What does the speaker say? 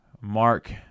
Mark